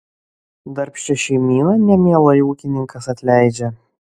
darbščią šeimyną nemielai ūkininkas atleidžia